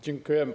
Dziękuję.